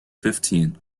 fifteen